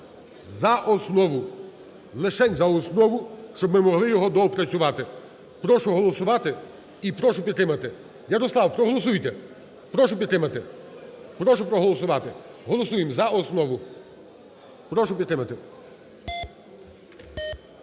за основу. Лишень за основу, щоб ми могли його доопрацювати. Прошу проголосувати і прошу підтримати. Ярослав, проголосуйте. Прошу підтримати. Прошу проголосувати. Голосуємо за основу. Прошу підтримати.